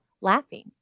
laughing